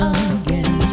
again